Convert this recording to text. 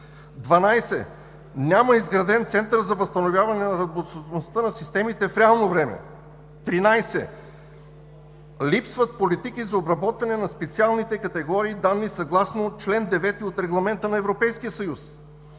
12. Няма изграден Център за възстановяване на работоспособността на системите в реално време. 13. Липсват политики за обработване на специалните категории данни съгласно чл. 9 от Регламента на Европейския съюз.